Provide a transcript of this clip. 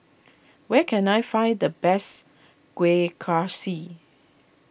where can I find the best Kueh Kaswi